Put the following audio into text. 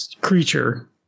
Creature